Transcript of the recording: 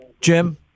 Jim